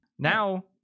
Now